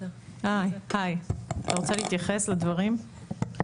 אתה רוצה להתייחס לדברים?